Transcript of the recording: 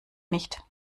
nicht